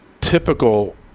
typical